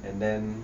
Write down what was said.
and then